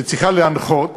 שצריכה להנחות